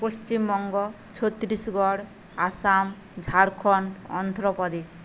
Paschimbanga Chhattisgarh Assam Jharkhand Andhra Pradesh